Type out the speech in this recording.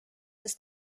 ist